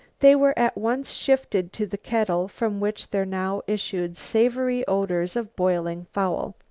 they were at once shifted to the kettle from which there now issued savory odors of boiling fowl.